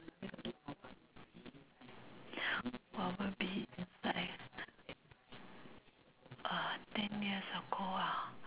what will be inside uh ten years ago ah